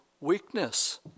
weakness